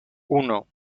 uno